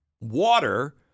water